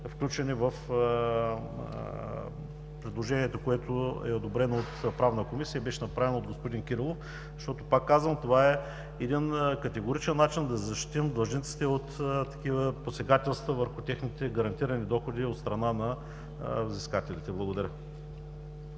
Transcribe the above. включени в предложението, което е одобрено от Правната комисия и беше направено от господин Кирилов. Пак казвам, това е един категоричен начин да защитим длъжниците от такива посегателства върху техните гарантирани доходи от страна на взискателите. Благодаря